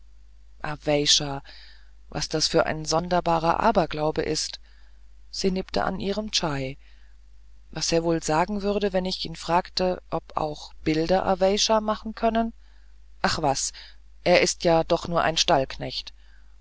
was das für ein sonderbarer aberglaube ist sie nippte an ihrem tschaj was er wohl sagen würde wenn ich ihn fragte ob auch bilder aweysha machen können ach was er ist ja doch nur ein stallknecht